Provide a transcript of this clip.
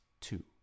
two